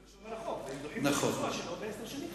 זה מה שאומר החוק, דוחים את הביצוע שלו בעשר שנים.